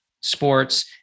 sports